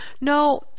No